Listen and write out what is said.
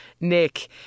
Nick